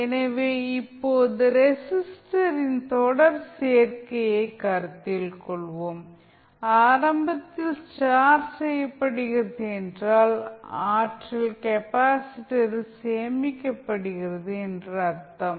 எனவே இப்போது ரெஸிஸ்டரின் தொடர் சேர்க்கையை கருத்தில் கொள்வோம் ஆரம்பத்தில் சார்ஜ் செய்யப்படுகிறது என்றால் ஆற்றல் கெப்பாசிட்டரில் சேமிக்கப்படுகிறது என்று அர்த்தம்